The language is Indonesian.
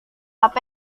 apa